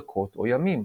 דקות או ימים,